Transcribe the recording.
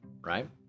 right